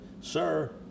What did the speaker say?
sir